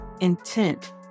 Intent